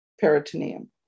peritoneum